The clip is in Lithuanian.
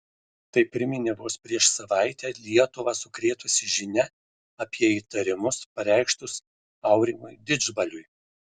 tai priminė vos prieš savaitę lietuvą sukrėtusi žinia apie įtarimus pareikštus aurimui didžbaliui